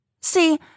See